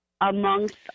amongst